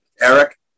Eric